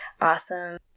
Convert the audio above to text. awesome